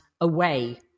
Away